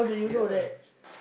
ya